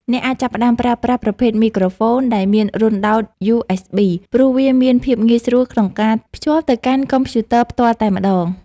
អ្នកអាចចាប់ផ្តើមប្រើប្រាស់ប្រភេទមីក្រូហ្វូនដែលមានរន្ធដោតយូអេសប៊ីព្រោះវាមានភាពងាយស្រួលក្នុងការភ្ជាប់ទៅកាន់កុំព្យូទ័រផ្ទាល់តែម្តង។